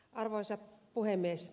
arvoisa puhemies